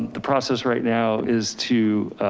the process right now is to,